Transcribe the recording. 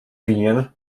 winien